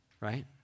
right